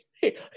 hey